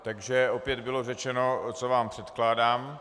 Takže opět bylo řečeno, co vám předkládám.